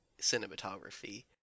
cinematography